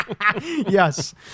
Yes